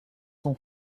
son